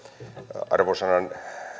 arvosanan